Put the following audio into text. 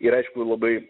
ir aišku labai